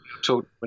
Talk